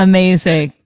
Amazing